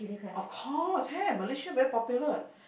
of course have Malaysia very popular